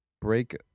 Break